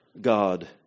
God